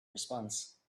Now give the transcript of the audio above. response